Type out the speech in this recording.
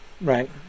right